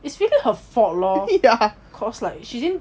it's really her fault lor cause like she didn't